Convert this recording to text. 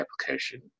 application